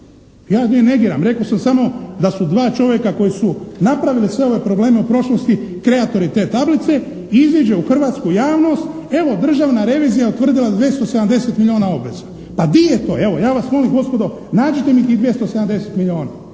ja negiram, rekao sam samo da su dva čovjeka koja su napravili sve ove probleme u prošlosti, kreatori te tablice, iziđe u hrvatsku javnost evo državna revizija je utvrdila 270 milijuna obveza. Pa di je to? Evo ja vas molim gospodo nađite mi tih 270 milijuna.